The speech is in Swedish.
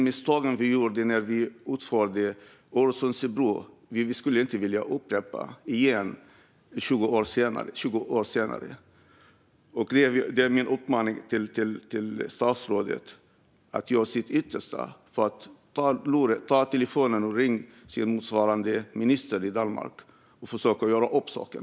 Misstagen som gjordes med Öresundsbron ska inte upprepas 20 år senare. Det är min uppmaning till statsrådet att göra sitt yttersta och ringa sin motsvarande minister i Danmark för att försöka göra upp om saken.